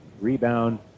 rebound